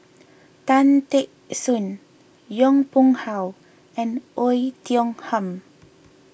Tan Teck Soon Yong Pung How and Oei Tiong Ham